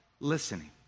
listening